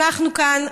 אנחנו כאן,